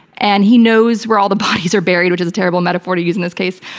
and he knows where all the bodies are buried, which is a terrible metaphor to use in this case.